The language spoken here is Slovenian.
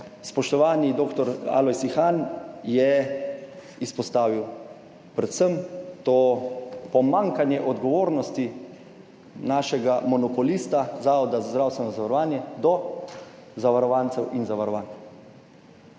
spoštovani dr. Alojz Ihan je izpostavil predvsem to pomanjkanje odgovornosti našega monopolista Zavoda za zdravstveno zavarovanje do zavarovancev in zavarovank.